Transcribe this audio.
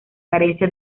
carencia